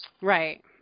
right